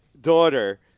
Daughter